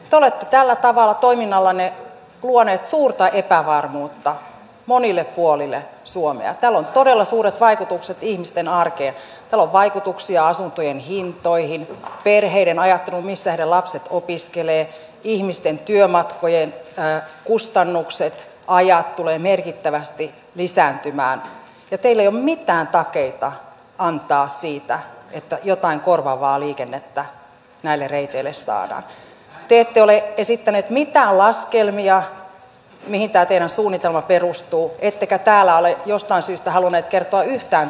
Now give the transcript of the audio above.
toi tällä tavalla toiminnallanne luoneet suurta epävarmuutta monille puolille suomea talon todella suuret vaikutukset ihmisten arki ja pelon vaikutuksia asuntojen hintoihin perheiden ajatteluun missä lapset opiskelee ihmisten työmatkojen kustannukset vajaat tulee merkittävästi lisääntymään ettei leo mitään takeita antaa siitä että jotain korvaavaa liikennettä näille reiteille saadaan te ette ole esittäneet mitään laskelmia mitä teen on suunnitelma perustuu ettekä täällä ole jostain syystä halunneet kertoa yhtä